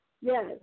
Yes